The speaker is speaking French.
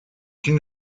une